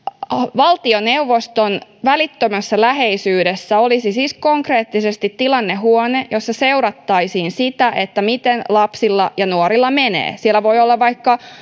valtioneuvoston välittömässä läheisyydessä olisi siis konkreettisesti tilannehuone jossa seurattaisiin sitä miten lapsilla ja nuorilla menee siellä voi olla vaikka